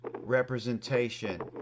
representation